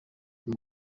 uyu